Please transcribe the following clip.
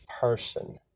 person